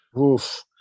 Oof